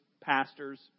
pastors